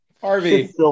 Harvey